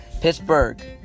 Pittsburgh